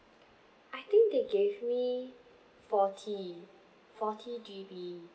I think they gave me forty forty G_B